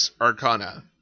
Arcana